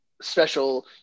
special